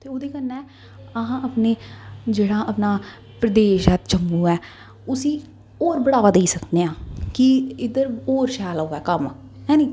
ते ओह्दे कन्नै अस अपने जेह्ड़ा अपना प्रदेश ऐ जम्मू ऐ उस्सी होर बढ़ावा देई सकने आं कि इद्धर होर शैल होऐ कम्म है नी